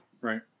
Right